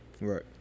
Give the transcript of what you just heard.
Right